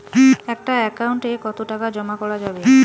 একটা একাউন্ট এ কতো টাকা জমা করা যাবে?